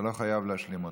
אתה לא חייב להשלים אותן.